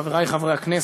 חברי חברי הכנסת,